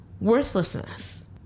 worthlessness